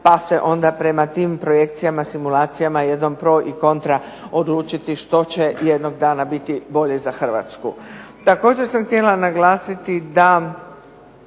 pa se onda prema tim projekcijama, simulacijama jednom pro i kontra odlučiti što će jednog dana biti bolje za Hrvatsku. Također sam htjela naglasiti da